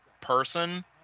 person